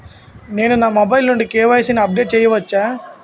నేను నా మొబైల్ నుండి కే.వై.సీ ని అప్డేట్ చేయవచ్చా?